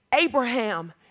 Abraham